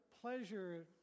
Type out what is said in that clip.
pleasure